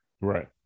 Right